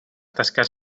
tasques